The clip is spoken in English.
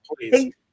please